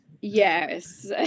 yes